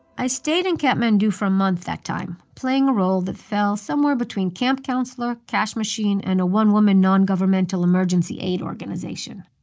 i stayed in kathmandu for a month that time, playing a role that fell somewhere between camp counselor, cash machine and a one-woman nongovernmental emergency aid organization.